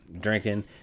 drinking